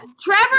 Trevor